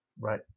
Right